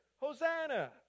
Hosanna